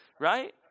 right